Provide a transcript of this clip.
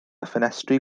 ffenestri